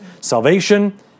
Salvation